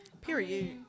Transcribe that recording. period